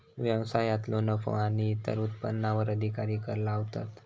व्यवसायांतलो नफो आणि इतर उत्पन्नावर अधिकारी कर लावतात